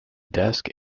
desk